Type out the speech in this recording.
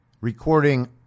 recording